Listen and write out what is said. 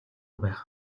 байх